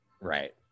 right